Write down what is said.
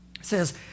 says